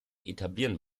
etablieren